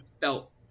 felt